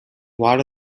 water